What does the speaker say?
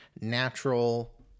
natural